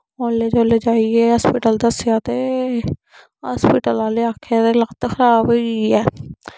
बड्डले बड्डले जाइये हास्पिटल दस्सेया ते हास्पिटल आहलें आखेआ जे लत्त खराब होई गेई ऐ